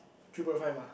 three point five ah